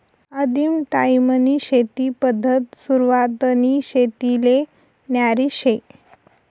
आदिम टायीमनी शेती पद्धत सुरवातनी शेतीले न्यारी शे